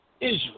Israel